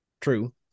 True